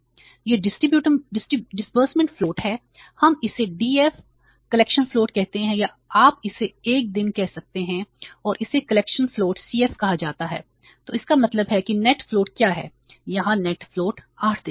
यह disbursement float 8 दिन है